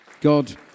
God